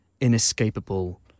inescapable